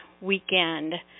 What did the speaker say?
weekend